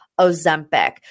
Ozempic